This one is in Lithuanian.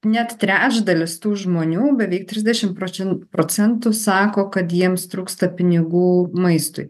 net trečdalis tų žmonių beveik trisdešimt procentų sako kad jiems trūksta pinigų maistui